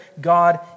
God